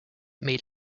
made